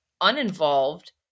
uninvolved